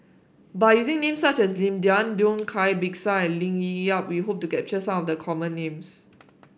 by using names such as Lim Denan Denon Cai Bixia and Lee Ling Yen we hope to capture some of the common names